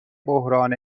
بحران